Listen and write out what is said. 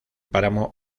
páramo